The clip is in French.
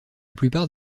plupart